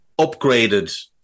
upgraded